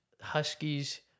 huskies